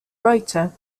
writer